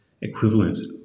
equivalent